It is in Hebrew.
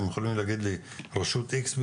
אתם יכולים להגיד לי רשות X,